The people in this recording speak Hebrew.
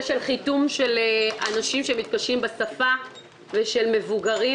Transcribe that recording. חיתום של אנשים שמתקשים בשפה ושל מבוגרים,